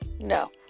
No